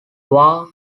war